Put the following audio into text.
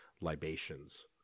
libations